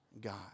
God